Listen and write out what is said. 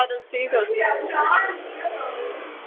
اَدٕ حظ ٹھیٖک حظ چھُ